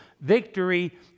victory